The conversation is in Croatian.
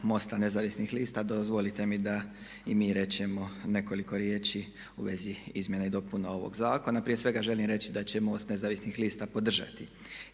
MOST-a nezavisnih lista dozvolite mi da i mi rečemo nekoliko riječi u vezi izmjena i dopuna ovoga Zakona. Prije svega želim reći da će MOST Nezavisnih lista podržati